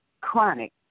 chronic